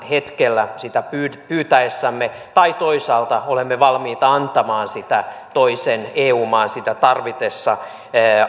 hetkellä sitä pyytäessämme tai toisaalta olemme valmiita antamaan sitä toisen eu maan sitä tarvitessa